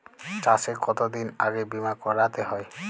চাষে কতদিন আগে বিমা করাতে হয়?